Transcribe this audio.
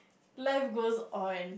life goes on